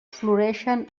floreixen